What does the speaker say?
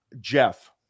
Jeff